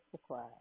supply